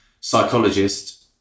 psychologist